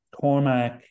Cormac